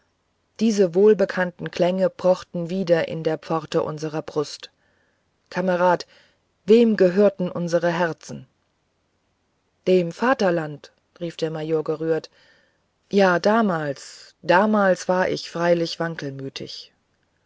diese wohlbekannten klänge pochten wieder an die pforte unserer brust kamerad wem gehörten unsere herzen dem vaterland sagte der major gerührt ja damals damals war ich freilich wankelmütig